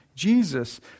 Jesus